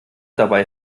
dabei